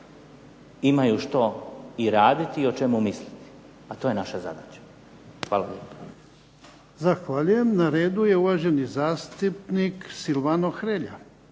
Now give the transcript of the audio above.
imaju što i raditi i o čemu misliti. A to je naša zadaća. Hvala lijepo. **Jarnjak, Ivan (HDZ)** Zahvaljujem. Na redu je uvaženi zastupnik Silvano Hrelja.